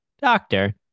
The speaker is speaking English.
doctor